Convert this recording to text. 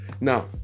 Now